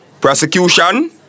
Prosecution